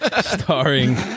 starring